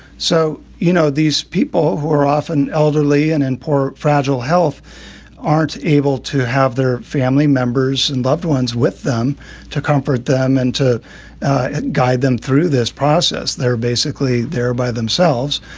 so, you know, these people who are often elderly and in poor, fragile health aren't able to have their family members and loved ones with them to comfort them and to guide them through this process. they're basically there by themselves.